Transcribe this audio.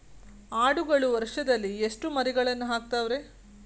ಆಡುಗಳು ವರುಷದಲ್ಲಿ ಎಷ್ಟು ಮರಿಗಳನ್ನು ಹಾಕ್ತಾವ ರೇ?